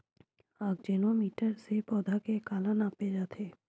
आकजेनो मीटर से पौधा के काला नापे जाथे?